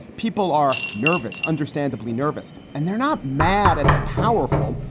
people are nervous, understandably nervous. and they're not mad at the powerful.